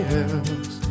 else